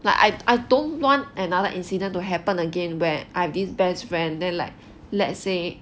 like I I don't want another incident to happen again where I've this best friend then like let's say